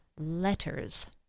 Letters